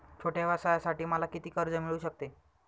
छोट्या व्यवसायासाठी मला किती कर्ज मिळू शकते?